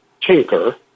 Tinker